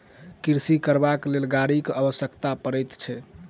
कृषि करबाक लेल गाड़ीक आवश्यकता पड़ैत छै